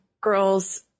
girls